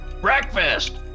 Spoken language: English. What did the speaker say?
breakfast